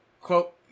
quote